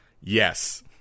Yes